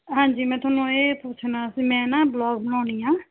ਹਾਂਜੀ ਮੈਂ ਤੁਹਾਨੂੰ ਇਹ ਪੁੱਛਣਾ ਸੀ ਮੈਂ ਨਾ ਵਲੋਗ ਬਣਾਉਂਦੀ ਹਾਂ